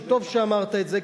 שטוב שאמרת את זה,